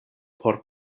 por